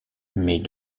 mais